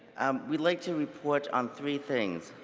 um we'd like to report on three things.